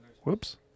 Whoops